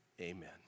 Amen